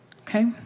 okay